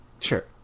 Sure